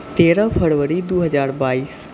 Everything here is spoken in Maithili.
तेरह फरवरी दू हजार बाइस